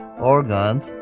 organs